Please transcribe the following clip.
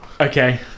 Okay